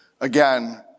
Again